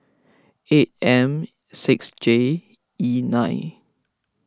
eight M six J E nine